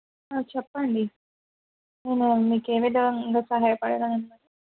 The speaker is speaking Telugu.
చెప్పండి నేను మీకు ఏ విధంగా సహాయ పడగలను